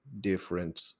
different